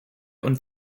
und